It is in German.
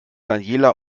daniela